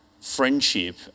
friendship